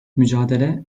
mücadele